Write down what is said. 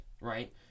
right